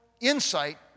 insight